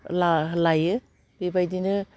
लाह लायो बेबायदिनो